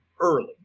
early